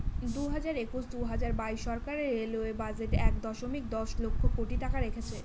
দুই হাজার একুশ দুই হাজার বাইশ সরকার রেলওয়ে বাজেটে এক দশমিক দশ লক্ষ কোটি টাকা রেখেছে